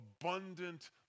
abundant